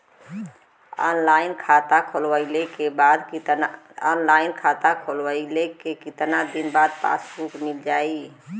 Online खाता खोलवईले के कितना दिन बाद पासबुक मील जाई?